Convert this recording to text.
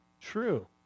true